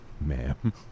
ma'am